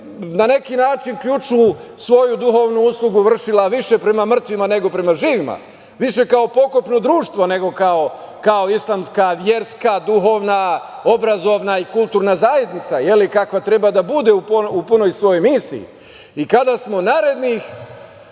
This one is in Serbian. na neki način ključnu svoju duhovnu uslugu vršila više prema mrtvima nego prema živima, više kao pokopno društvo nego kao islamska verska, duhovna, obrazovna i kulturna zajednica, kakva treba da bude u punoj svojoj misiji, i kada smo narednih